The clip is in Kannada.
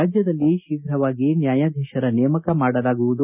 ರಾಜ್ಯದಲ್ಲಿ ಶೀಘವಾಗಿ ನ್ಯಾಯಾಧೀಶರ ನೇಮಕ ಮಾಡಲಾಗುವುದು